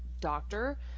Doctor